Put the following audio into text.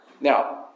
Now